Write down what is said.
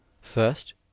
first